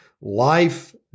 life